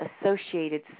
associated